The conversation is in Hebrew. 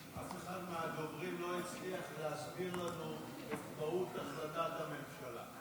אף אחד מהדוברים לא הצליח להסביר לנו את מהות החלטת הממשלה.